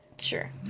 Sure